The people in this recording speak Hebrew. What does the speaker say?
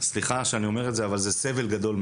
למשל רוצים לתת לכדורגל,